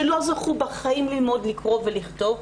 שלא זכו מעולם ללמוד לקרוא ולכתוב,